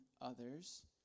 others